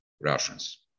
Russians